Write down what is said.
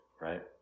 right